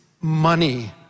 money